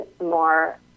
more